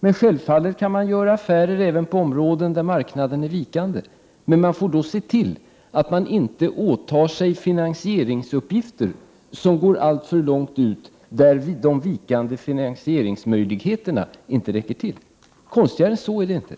Men självfallet kan man göra affärer även på områden där marknaden är vikande, men man får då se till att man inte åtar sig finansieringsuppgifter, som går så långt att de vikande finansieringsmöjligheterna inte räcker till. Konstigare än så är det inte.